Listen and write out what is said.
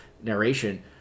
narration